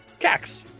Cax